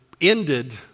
ended